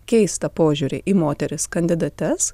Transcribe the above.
keistą požiūrį į moteris kandidates